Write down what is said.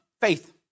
faith